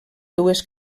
dues